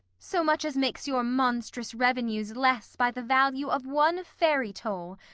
so much as makes your monstrous revenues less by the value of one ferry toll,